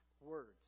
words